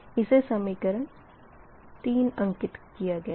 इसे समीकरण 3 अंकित किया गया है